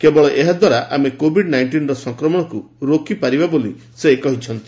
କେବଳ ଏହାଦ୍ୱାରା ଆମେ କୋଭିଡ୍ ନାଇଷ୍ଟିନ୍ର ସଂକ୍ରମଣକୁ ରୋକିପାରିବା ବୋଲି ସେ କହିଛନ୍ତି